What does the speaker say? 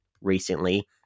recently